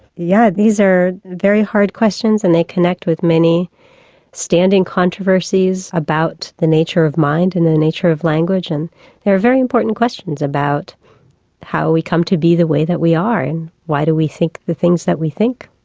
yeah these are very hard questions and they connect with many standing controversies about the nature of mind and the nature of language and they are very important questions about how we come to be the way that we are, and why do we think the things that we think.